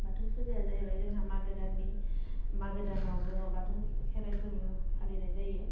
बाथौ फुजाया जाहैबाय जोंहा मागो दाननि मागो दानाव जोङो बाथौ खेराइ फोरबो फालिनाय जायो